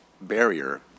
barrier